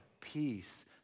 peace